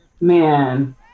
Man